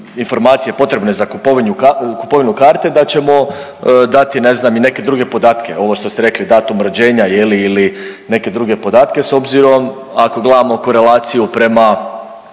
informacije potrebne za kupovinu karte da ćemo dati, ne znam i neke druge podatke, ovo što ste rekli, datum rođenja, je li, ili neke druge podatke s obzirom ako gledamo korelaciju prema